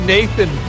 Nathan